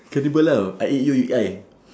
cannibal lah I eat you you eat I